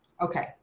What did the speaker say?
Okay